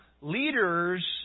leaders